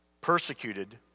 Persecuted